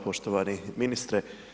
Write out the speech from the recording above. Poštovani ministre.